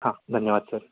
हा धन्यवाद सर